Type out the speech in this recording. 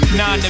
nine